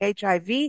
HIV